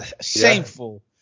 shameful